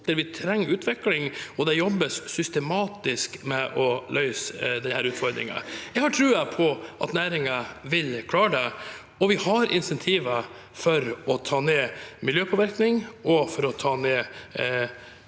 vi trenger utvikling, og det jobbes systematisk med å løse denne utfordringen. Jeg har troen på at næringen vil klare det, og vi har insentiver for å ta ned miljøpåvirkning og for å